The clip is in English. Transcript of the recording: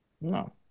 no